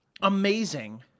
amazing